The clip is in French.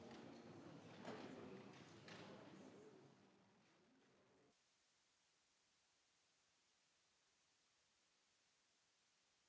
Merci